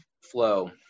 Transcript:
flow